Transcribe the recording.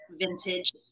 vintage